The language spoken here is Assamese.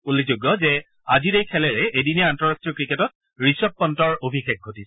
উল্লেখযোগ্য যে আজিৰ এই খেলেৰে এদিনীয়া আন্তঃৰাষ্ট্ৰীয় ক্ৰিকেটত ঋষভ পণ্টৰ অভিষেক ঘটিছে